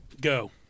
Go